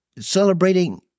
celebrating